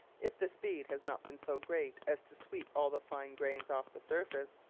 if the speed has not been so great as to sweep all the fine grains off the surface,